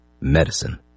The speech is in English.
Medicine